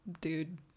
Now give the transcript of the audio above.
dude